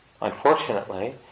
unfortunately